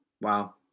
Wow